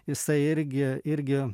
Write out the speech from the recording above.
jisai irgi irgi